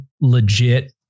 legit